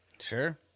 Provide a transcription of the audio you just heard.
sure